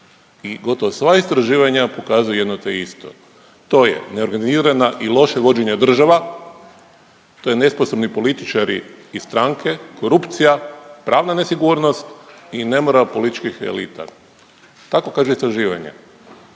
i gotovo sva istraživanja pokazuju jedno te isto. To je neorganizirana i loše vođena država, to je nesposobni političari i stranke, korupcija, pravna nesigurnost i nemoral političkih elita, tako pokazuje istraživanje.